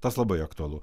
tas labai aktualu